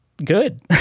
good